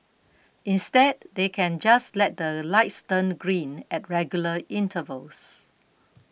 instead they can just let the lights turn green at regular intervals